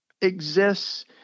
exists